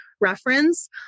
reference